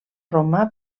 roma